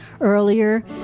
earlier